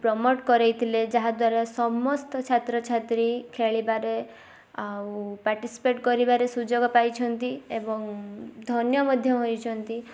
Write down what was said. promote କରାଇ ଥିଲେ ଯାହାଦ୍ୱାରା ସମସ୍ତ ଛାତ୍ର ଛାତ୍ରୀ ଖେଳିବାରେ ଆଉ ପାର୍ଟିସିପେଟ୍ କରିବାରେ ସୁଯୋଗ ପାଇଛନ୍ତି ଏବଂ ଧନ୍ୟ ମଧ୍ୟ ହୋଇଛନ୍ତି